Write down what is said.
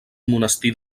monestir